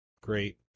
great